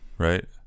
Right